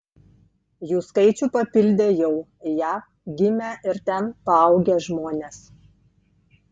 jų skaičių papildė jau jav gimę ir ten paaugę žmonės